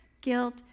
guilt